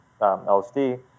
LSD